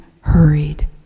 hurried